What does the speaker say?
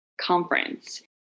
conference